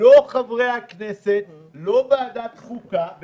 לא חברי הכנסת ולא ועדת החוקה ראו את התקנות,